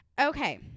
Okay